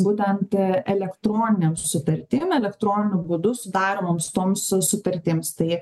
būtent elektroninėm susitartim elektroniniu būdu sudaromoms toms sutartims tai